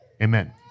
Amen